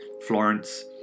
Florence